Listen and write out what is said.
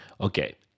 Okay